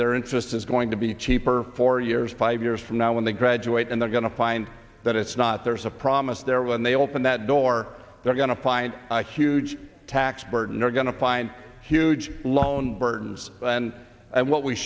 their interest is going to be cheaper four years five years from now when they graduate and they're going to find that it's not there's a promise there when they open that door they're going to find a huge tax burden you're going to find huge loan burdens and what we